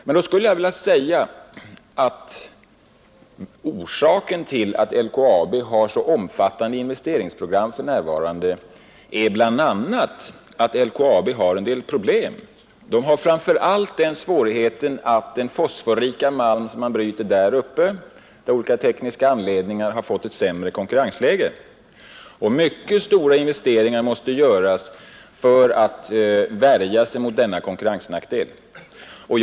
Orsaken till att LKAB för närvarande har ett så omfattande investeringsprogram är bl.a. att LKAB har en del problem, framför allt det förhållandet att den fosforrika malm, som bryts där uppe, av olika tekniska skäl fått ett sämre konkurrensläge — mycket stora investeringar måste göras för att eliminera denna konkurrensnackdel.